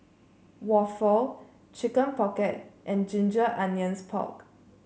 waffle Chicken Pocket and Ginger Onions Pork